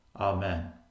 Amen